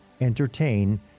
entertain